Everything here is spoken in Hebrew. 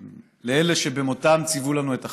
לאלה שבמותם ציוו לנו את החיים.